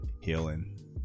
healing